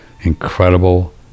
incredible